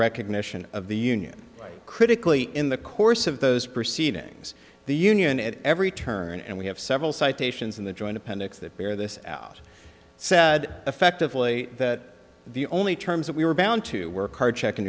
recognition of the union critically in the course of those proceedings the union at every turn and we have several citations in the joint appendix that bear this out said effectively that the only terms that we were bound to work hard check in